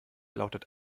lautet